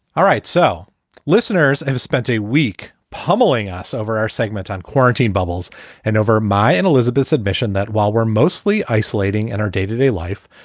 all right. so listeners have spent a week pummeling us over our segment on quarantine bubbles and over my in elizabeth's admission that while we're mostly isolating in and our day to day life,